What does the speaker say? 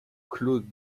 claude